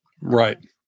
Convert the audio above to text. Right